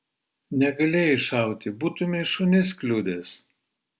negalėjai šauti būtumei šunis kliudęs